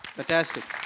fantastic.